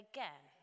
Again